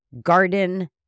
Garden